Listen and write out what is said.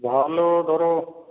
ভালো ধরো